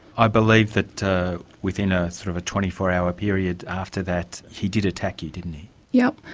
i believe that within a sort of twenty four hour period after that he did attack you, didn't yeah